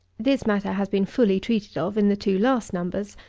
this matter has been fully treated of in the two last numbers.